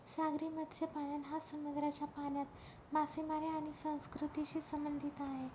सागरी मत्स्यपालन हा समुद्राच्या पाण्यात मासेमारी आणि संस्कृतीशी संबंधित आहे